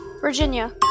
Virginia